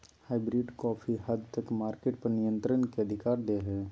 hybrid काफी हद तक मार्केट पर नियन्त्रण के अधिकार दे हय